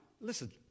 listen